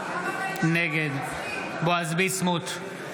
נגד בועז ביסמוט,